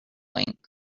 length